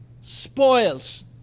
spoils